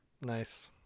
Nice